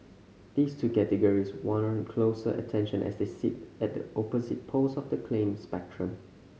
these two categories warrant closer attention as they sit at the opposite poles of the claim spectrum